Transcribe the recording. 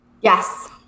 Yes